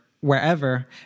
Wherever